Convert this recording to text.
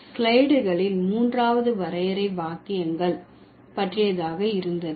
ஸ்லைடுகளில் மூன்றாவது வரையறை வாக்கியங்கள் பற்றியதாக இருந்தது